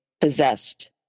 possessed